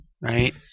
right